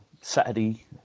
saturday